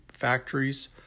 factories